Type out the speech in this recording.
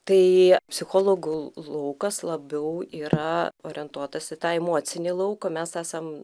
tai psichologų laukas labiau yra orientuotas į tą emocinį lauką mes esam